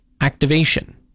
activation